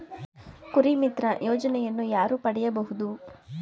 ಕುರಿಮಿತ್ರ ಯೋಜನೆಯನ್ನು ಯಾರು ಪಡೆಯಬಹುದು?